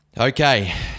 okay